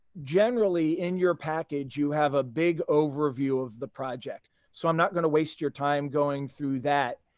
generally in your package, you have a big overview of the project. so i'm not going to waste your time going through that,